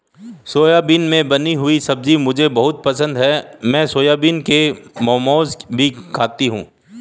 soybean से बनी हुई सब्जी मुझे बहुत पसंद है मैं सोयाबीन के मोमोज भी खाती हूं